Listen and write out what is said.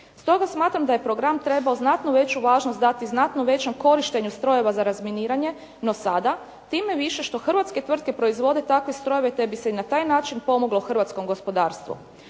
Stoga smatram da je program trebao znatno veću važnost dati znatno većem korištenju strojeva za razminiranje no sada, time više što hrvatske tvrtke proizvode takve strojeve te bi se i na taj način pomoglo hrvatskom gospodarstvu.